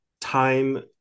time